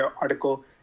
article